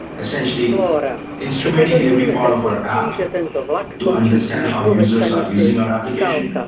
essentially instrumenting every part of our app to understand how users are using our application,